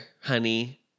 honey